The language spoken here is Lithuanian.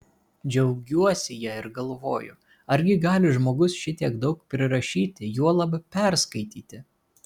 džiaugiuosi ja ir galvoju argi gali žmogus šitiek daug prirašyti juolab perskaityti